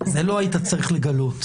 זה לא היית צריך לגלות.